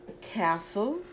castle